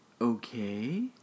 Okay